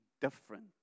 different